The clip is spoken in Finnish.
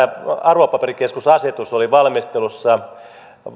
arvopaperikeskusasetus oli valmistelussa